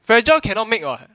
fragile cannot make [what]